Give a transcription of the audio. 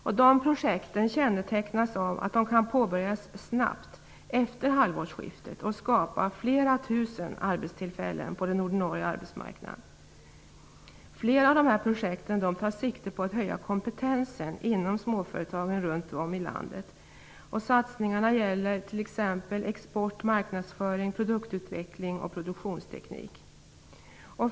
Dessa projekt kännetecknas av att det kan påbörjas snabbt efter halvårsskiftet och skapa flera tusen arbetstillfällen på den ordinarie arbetsmarknaden. Flera av projekten tar sikte på att höja kompetensen inom småföretagen runt om i landet. Satsningarna gäller bl.a. export, marknadsföring, produktutveckling och produktionsteknik.